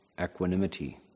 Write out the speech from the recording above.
equanimity